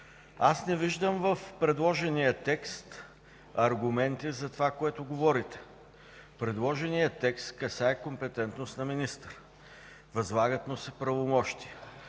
аз не виждам в предложения текст аргументи за това, което говорите. Предложеният текст касае компетентност на министър – възлагат му се правомощия.